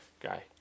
guy